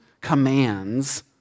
commands